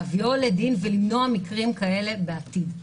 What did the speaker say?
להביאו לדין ולמנוע מקרים כאלה בעתיד.